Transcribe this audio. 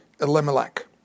Elimelech